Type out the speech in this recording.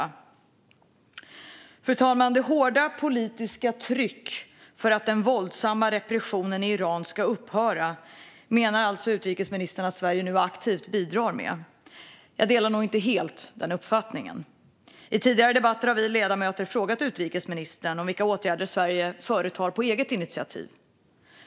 Nu menar alltså utrikesministern att Sverige aktivt bidrar med det hårda politiska trycket för att den våldsamma repressionen i Iran ska upphöra, fru talman. Jag delar nog inte helt den uppfattningen. I tidigare debatter har vi ledamöter frågat utrikesministern vilka åtgärder Sverige företar på eget initiativ.